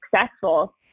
successful